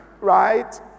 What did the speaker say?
right